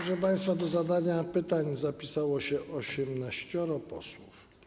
Proszę państwa, do zadania pytań zapisało się 18 posłów.